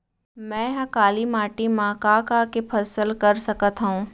मै ह काली माटी मा का का के फसल कर सकत हव?